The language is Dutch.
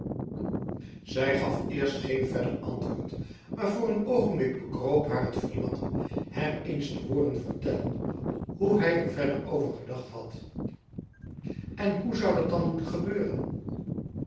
zij gaf eerst geen verder antwoord maar voor een ogenblik bekroop haar het verlangen hem eens te horen vertellen hoe hij er verder over gedacht had en hoe zou dat dan moeten gebeuren